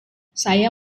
saya